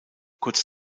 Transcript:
kurz